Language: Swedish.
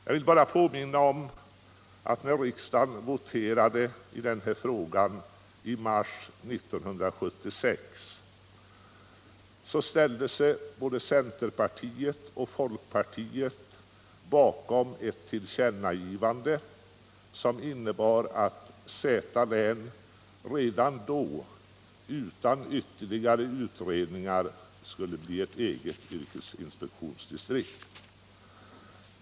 Jag vill bara påminna om att när riksdagen voterade i denna fråga i mars 1976 ställde sig både centerpartiet och folkpartiet bakom ett tillkännagivande som innebar att Jämtlands län redan då utan ytterligare utredningar skulle bli ett eget yrkesinspektionsdistrikt.